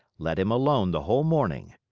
let him alone the whole morning.